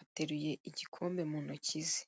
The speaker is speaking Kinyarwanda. ateruye igikombe mu ntoki ze.